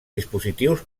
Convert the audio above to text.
dispositius